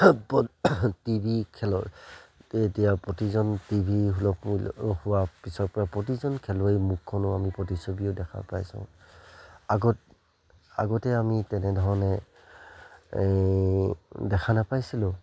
T V খেলৰ এতিয়া প্ৰতিজন টি ভি সুলভ মূল্য হোৱাৰ পিছৰপৰা প্ৰতিজন খেলুৱৈ মুখখনো আমি প্ৰতিচ্ছবিও দেখা পাইছোঁ আগত আগতে আমি তেনেধৰণে এই দেখা নাপাইছিলোঁ